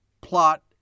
plot